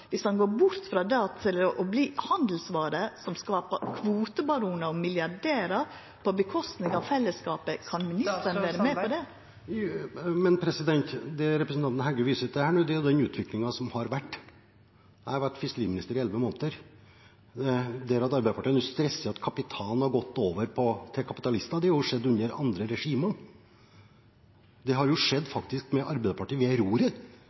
å verta ei handelsvare som skal vera for kvotebaronar og milliardærar, på kostnad av fellesskapen – kan ministeren vera med på det? Det representanten Heggø her viser til, er den utviklingen som har vært. Jeg har vært fiskeriminister i elleve måneder. Det at Arbeiderpartiet stresser at kapitalen har gått over til kapitalister, har jo skjedd under andre regimer. Denne utviklingen har faktisk skjedd med Arbeiderpartiet ved roret.